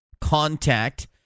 Contact